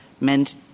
meant